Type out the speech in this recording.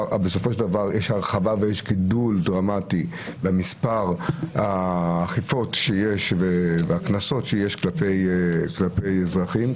יש הרחבה ויש גידול דרמטי במספר האכיפות והקנסות שיש כלפי אזרחים,